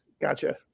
gotcha